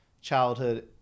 childhood